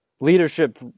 leadership